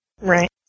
Right